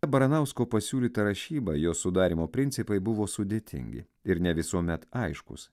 baranausko pasiūlyta rašyba jo sudarymo principai buvo sudėtingi ir ne visuomet aiškūs